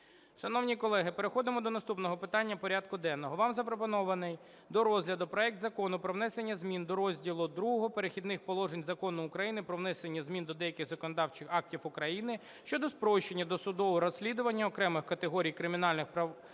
Шановні колеги, переходимо до наступного питання порядку денного. Вам запропонований до розгляду проект Закону про внесення змін до Розділу ІІ "Перехідні положення" Закону України "Про внесення змін до деяких законодавчих актів України щодо спрощення досудового розслідування окремих категорій кримінальних правопорушень"